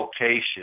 location –